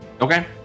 Okay